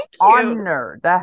honored